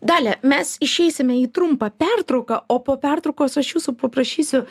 dalia mes išeisime į trumpą pertrauką o po pertraukos aš jūsų paprašysiu